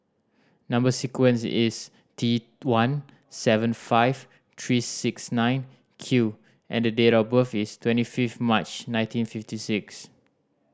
number sequence is T one seven five three six nine Q and the date of birth is twenty fifth March nineteen fifty six